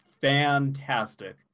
fantastic